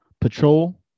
patrol